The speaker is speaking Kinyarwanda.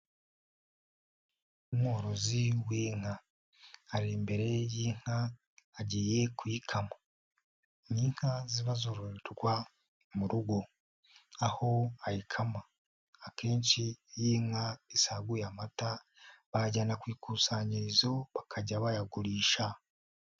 Umworozi w'inka, ari imbere y'inka agiye kuyikama, ni inka ziba zororwa mu rugo aho ayikama, akenshi iyo inka isaguye amata bayajyana ku ikusanyirizo bakajya bayagurisha.